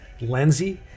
Lenzi